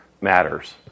matters